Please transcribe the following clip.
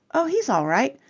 oh, he's all right.